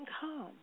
come